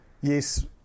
yes